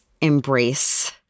embrace